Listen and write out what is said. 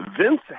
Vince